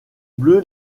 bleu